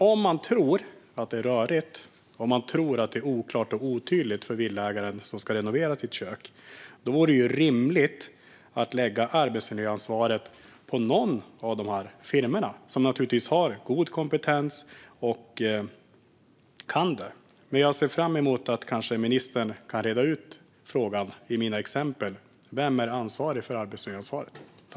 Om man tror att det är rörigt, oklart och otydligt för villaägaren som ska renovera sitt kök är det rimligt att lägga arbetsmiljöansvaret på någon av dessa firmor, som naturligtvis har god kompetens och kan det. Jag ser fram emot att ministern kan reda ut frågan i mina exempel: Vem är det som har arbetsmiljöansvaret?